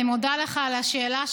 אני מודה לך על השאלה,